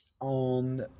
on